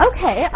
Okay